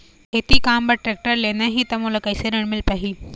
खेती काम बर टेक्टर लेना ही त मोला कैसे ऋण मिल पाही?